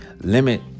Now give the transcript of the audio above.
Limit